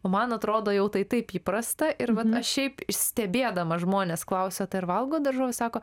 o man atrodo jau tai taip įprasta ir vat aš šiaip stebėdama žmones klausiu tai ir valgo daržoves sako